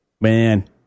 man